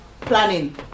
planning